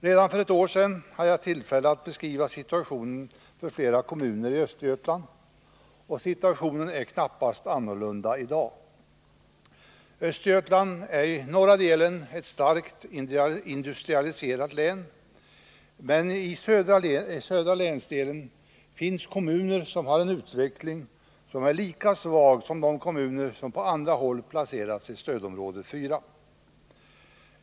Redan för ett år sedan hade jag tillfälle att beskriva situationen för flera kommuner i Östergötland, och situationen är knappast annorlunda i dag. Norra delen av Östergötland är starkt industrialiserad, men i den södra delen finns kommuner som har en utveckling som är lika svag som den inom kommuner som på andra håll placerats i stödområde 4.